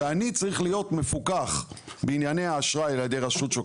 ואני צריך להיות מפוקח בענייני האשראי על ידי רשות שוק